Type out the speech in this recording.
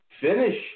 finish